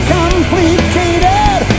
complicated